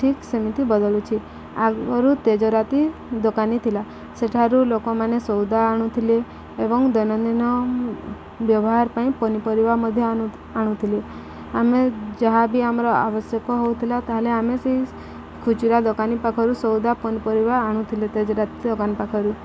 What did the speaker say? ଠିକ୍ ସେମିତି ବଦଳୁଛି ଆଗରୁ ତେଜରାତି ଦୋକାନୀ ଥିଲା ସେଠାରୁ ଲୋକମାନେ ସଉଦା ଆଣୁଥିଲେ ଏବଂ ଦୈନନ୍ଦିନ ବ୍ୟବହାର ପାଇଁ ପନିପରିବା ମଧ୍ୟ ଆଣୁଥିଲେ ଆମେ ଯାହା ବିି ଆମର ଆବଶ୍ୟକ ହେଉଥିଲା ତା'ହେଲେ ଆମେ ସେହି ଖୁଚୁରା ଦୋକାନୀ ପାଖରୁ ସଉଦା ପନିପରିବା ଆଣୁଥିଲେ ତେଜରାତି ଦୋକାନୀ ପାଖରୁ